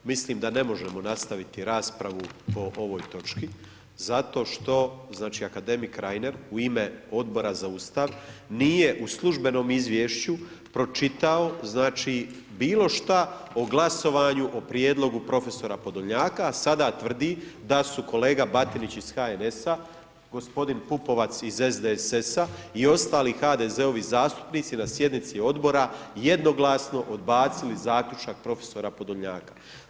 Mislim da ne možemo nastaviti raspravu po ovoj točki zato što, znači, akademik Reiner u ime Odbora za Ustav nije u službenom izvješću pročitao znači bilo što o glasovanju, o prijedlogu prof. Podolnjaka, a sada tvrdi da su kolega Batinić iz HNS-a, g. Pupovac iz SDSS-a i ostalih HDZ-ovi zastupnici na sjednici odbora jednoglasno odbacili zaključak prof. Podolnjaka.